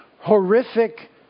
horrific